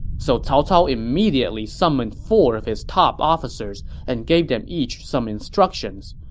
so cao cao immediately summoned four of his top officers and gave them each some instructions.